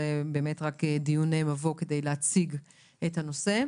זה באמת רק דיון מבוא כדי להציג את הנושא.